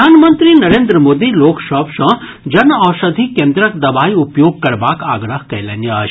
प्रधानमंत्री नरेन्द्र मोदी लोक सभ सॅ जन औषधि केन्द्रक दवाई उपयोग करबाक आग्रह कयलनि अछि